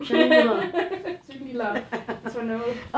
sundilah it's one hour